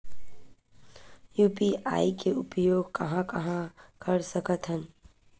UPI के उपयोग कहां कहा कर सकत हन?